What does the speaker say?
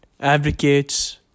advocates